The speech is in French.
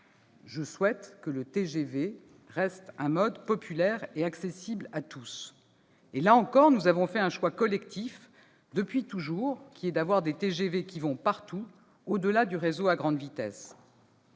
je souhaite que le TGV soit populaire et accessible à tous. Nous avons fait un choix collectif depuis toujours d'avoir des TGV qui vont partout, au-delà du réseau à grande vitesse.